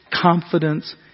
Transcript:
confidence